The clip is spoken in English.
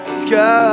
sky